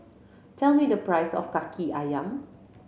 tell me the price of Kaki Ayam